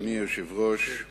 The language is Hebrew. אדוני היושב-ראש,